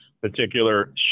particular